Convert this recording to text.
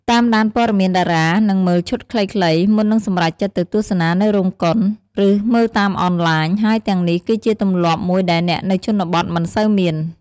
តាមដានព័ត៌មានតារា និងមើល ឈុតខ្លីៗ មុននឹងសម្រេចចិត្តទៅទស្សនានៅរោងកុន ឬមើលតាមអនឡាញ ហើយទាំងនេះគឺជាទម្លាប់មួយដែលអ្នកនៅជនបទមិនសូវមាន។